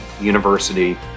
University